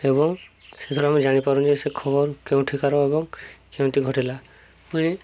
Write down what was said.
ଏବଂ ସେଥିରୁ ଆମେ ଜାଣିପାରୁ ଯେ ସେ ଖବର କେଉଁଠିକାର ଏବଂ କେମିତି ଘଟିଲା ପୁଣି